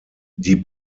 die